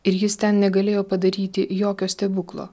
ir jis ten negalėjo padaryti jokio stebuklo